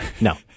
No